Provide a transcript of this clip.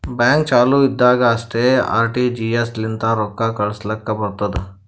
bank ಚಾಲು ಇದ್ದಾಗ್ ಅಷ್ಟೇ ಆರ್.ಟಿ.ಜಿ.ಎಸ್ ಲಿಂತ ರೊಕ್ಕಾ ಕಳುಸ್ಲಾಕ್ ಬರ್ತುದ್